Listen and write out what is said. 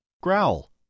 Growl